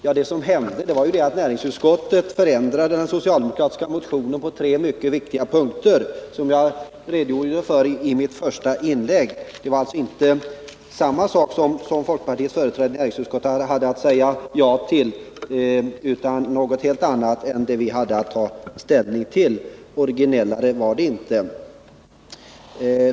Ja, vad som hände var att näringsutskottet förändrade den socialdemokratiska motionen på tre mycket viktiga punkter, vilket jag redogjorde för i mitt första inlägg. Det var alltså inte samma sak utan något helt annat som folkpartiets företrädare i näringsutskottet hade att säga ja till än det som vi hade att ta ställning till i arbetsmarknadsutskottet. Originellare än så var det inte.